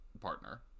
partner